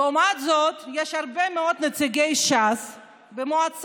לעומת זאת יש הרבה מאוד נציגי ש"ס במועצה,